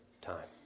time